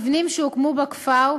המבנים שהוקמו בכפר,